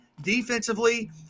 defensively